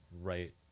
right